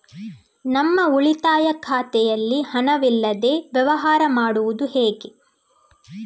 ನಮ್ಮ ಉಳಿತಾಯ ಖಾತೆಯಲ್ಲಿ ಹಣವಿಲ್ಲದೇ ವ್ಯವಹಾರ ಮಾಡುವುದು ಹೇಗೆ?